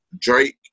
Drake